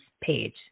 page